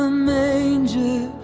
manger